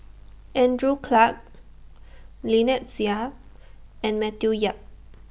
Andrew Clarke Lynnette Seah and Matthew Yap